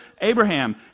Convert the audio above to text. Abraham